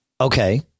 Okay